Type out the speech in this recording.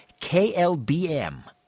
KLBM